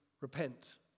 repent